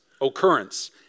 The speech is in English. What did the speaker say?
occurrence